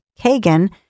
Kagan